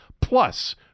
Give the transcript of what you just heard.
Plus